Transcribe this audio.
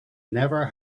never